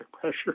pressure